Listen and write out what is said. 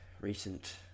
recent